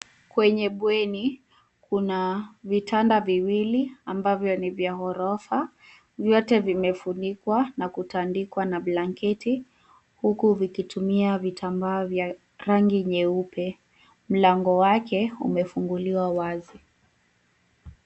Kwenye bweni kuna vitanda viwili ambavyo ni vya ghorofa. Vyote vumefunikwa na kutandikwa na blanketi huku vikitumia vitambaa vya rangi nyeupe. Mlango wake umefunguliwa wazi.